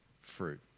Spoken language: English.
fruit